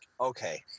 Okay